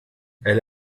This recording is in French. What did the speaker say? elle